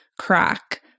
crack